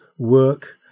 work